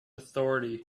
authority